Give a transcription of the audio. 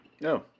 No